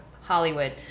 Hollywood